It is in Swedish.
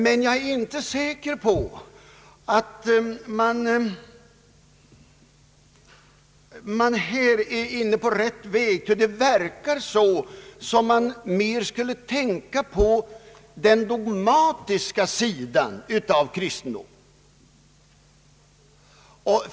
Men jag är inte säker på att man är inne på rätt väg, ty det verkar som om man mer skulle tänka på den dogmatiska sidan av kristendomen.